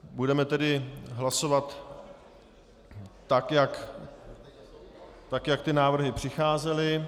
Budeme tedy hlasovat tak, jak ty návrhy přicházely.